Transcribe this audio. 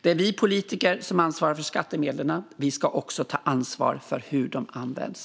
Det är vi politiker som ansvarar för skattemedlen, och vi ska också ta ansvar för hur de används.